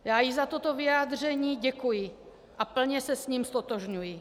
Já jí za toto vyjádření děkuji a plně se s ním ztotožňuji.